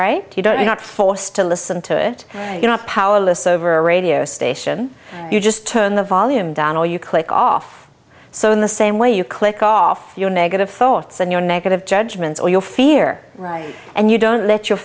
off you don't you're not forced to listen to it you're not powerless over a radio station you just turn the volume down or you click off so in the same way you click off your negative thoughts and your negative judgments or your fear and you don't let your